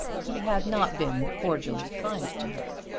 he had not been cordially kind to her.